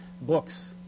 Books